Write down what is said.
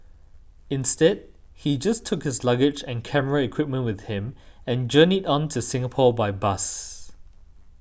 instead he just took his luggage and camera equipment with him and journeyed on to Singapore by bus